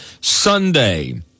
Sunday